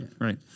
Right